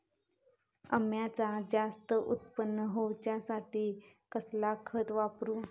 अम्याचा जास्त उत्पन्न होवचासाठी कसला खत वापरू?